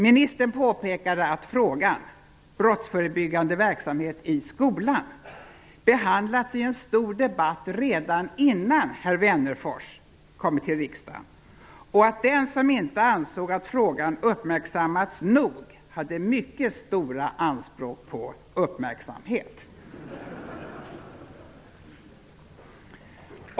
Ministern påpekade att frågan -- behandlats i en stor debatt redan innan herr Wennerfors kommit till riksdagen och att den som inte ansåg att frågan uppmärksammats nog hade mycket stora anspråk på uppmärksamhet.